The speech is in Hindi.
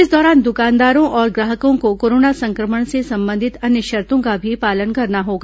इस दौरान दुकानदारों और ग्राहकों को कोरोना संक्रमण से संबंधित अन्य शर्तों का भी पालन करना होगा